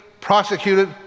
prosecuted